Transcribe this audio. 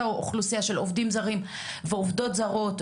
אותה אוכלוסיה של עובדים זרים ועובדות זרות,